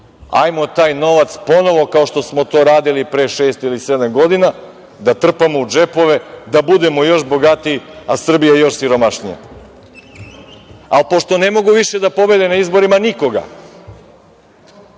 Hajmo taj novac ponovo, kao što smo to radili pre šest ili sedam godina, da trpamo u džepove, da budemo još bogatiji a Srbija još siromašnija. Ali, pošto ne mogu više da pobede na izborima nikoga,